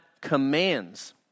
commands